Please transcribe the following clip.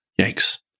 Yikes